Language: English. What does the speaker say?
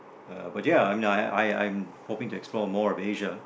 uh but ya I I I'm hoping to explore more of Asia